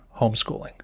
homeschooling